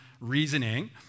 reasoning